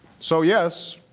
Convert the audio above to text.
so, yes,